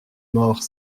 mort